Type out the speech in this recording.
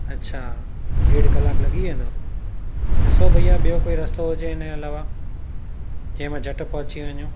अच्छा ॾेढ कलाक लॻी वेंदो ॾिसो भईया ॿियो कोई रस्तो हुजे हिनजे अलावा जंहिंमें झट पहुची वञू